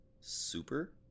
super